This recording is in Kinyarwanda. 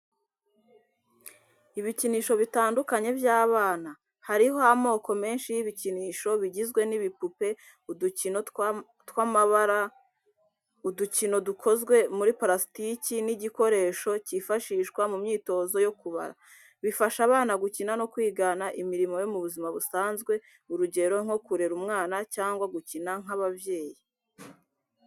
Ibikinisho bitandukanye by’abana. Hariho amoko menshi y’ibikinisho bigizwe n’ibipupe, udukino tw’amabara, udukino dukozwe muri parastiki n’igikoresho cyifashishwa mu myitozo yo kubara. Bifasha abana gukina no kwigana imirimo yo mu buzima busanzwe, urugero nko kurera umwana, cyangwa gukina nk’ababyeyi.